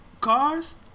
cars